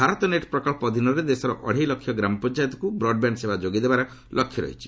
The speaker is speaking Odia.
ଭାରତ ନେଟ୍ ପ୍ରକଳ୍ପ ଅଧୀନରେ ଦେଶର ଅଢେଇ ଲକ୍ଷ ଗ୍ରାମପଞ୍ଚାୟତକୁ ବ୍ରଡ୍ବ୍ୟାଣ୍ଡ୍ ସେବା ଯୋଗାଇ ଦେବାର ଲକ୍ଷ୍ୟ ରହିଛି